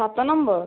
ସାତ ନମ୍ବର